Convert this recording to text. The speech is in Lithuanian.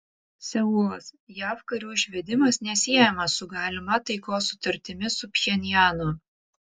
seulas jav karių išvedimas nesiejamas su galima taikos sutartimi su pchenjanu